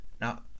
Now